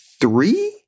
three